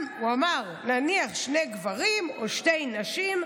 הוא אמר: נניח שני גברים, או שתי נשים,